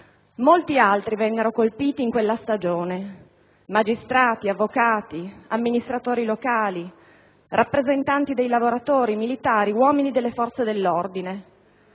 Molti altri vennero colpiti in quella stagione: magistrati, avvocati, amministratori locali, rappresentanti dei lavoratori, militari, uomini delle forze dell'ordine.